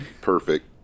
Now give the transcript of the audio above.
Perfect